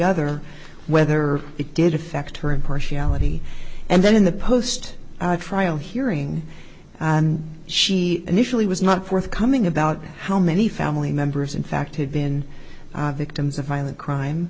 other whether it did affect her impartiality and then in the post trial hearing and she initially was not forthcoming about how many family members in fact had been victims of violent crime